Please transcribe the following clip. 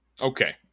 Okay